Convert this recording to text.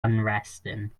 unresting